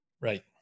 Right